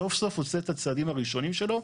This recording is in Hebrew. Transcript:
סוף סוף עושה את הצעדים הראשונים שלו,